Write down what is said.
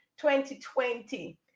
2020